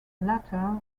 latter